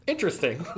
interesting